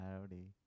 Howdy